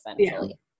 essentially